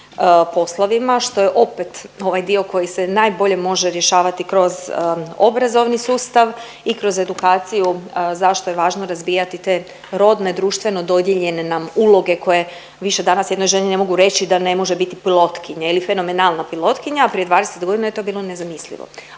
poslovima što je opet ovaj dio koji se najbolje može rješavati kroz obrazovni sustav i kroz edukaciju zašto je važno razbijati te rodne, društveno dodijeljene nam uloge, koje više danas jednoj ženi ne mogu reći da ne može biti pilotkinja ili fenomenalna pilotkinja, a prije 20 godina je to bilo nezamislivo.